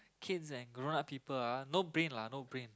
kids and grown up people ah no brain lah no brain